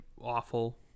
awful